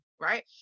Right